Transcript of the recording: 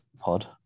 pod